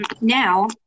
Now